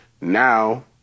now